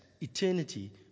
eternity